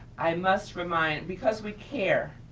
i must remind, because we care,